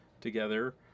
together